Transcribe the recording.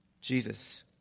Jesus